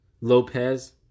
Lopez